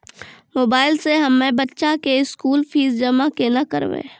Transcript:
Mobile से हम्मय बच्चा के स्कूल फीस जमा केना करबै?